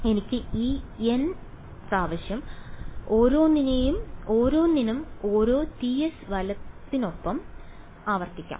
എനിക്ക് ഈ N പ്രാവശ്യം ഓരോന്നിനും ഓരോന്നിനും ഓരോ ts വലത്തിനൊപ്പം ആവർത്തിക്കാം